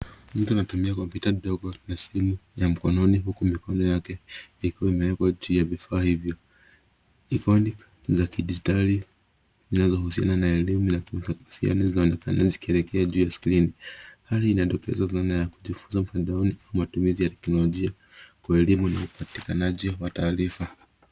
Mtu anatumia kompyuta ndogo na simu ya mkononi huku mikono yake ikiwa imewekwa juu ya vifaa hivyo. Ikoni za kidijitali zinazohusiana na elimu na kuwasiliani zinaonekana zikielekea juu ya skrini Hali inadokeza zama ya kujifunza mtandaoni au matumizi ya teknolojia kwa elimu na upatikanaji wa taarifa.